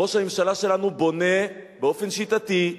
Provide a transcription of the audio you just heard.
ראש הממשלה שלנו בונה באופן שיטתי,